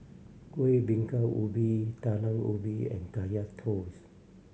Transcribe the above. Kueh Bingka Ubi Talam Ubi and Kaya Toast